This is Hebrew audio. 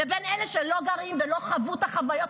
ובין אלה שלא גרים ולא חוו את החוויות